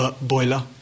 boiler